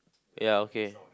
ya okay